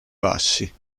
bassi